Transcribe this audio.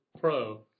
Pro